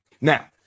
Now